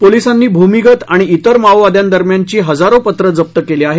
पोलिसांनी भूमिगत आणि विर माओवाद्या दरम्यानची हजारो पत्र जप्त केली आहेत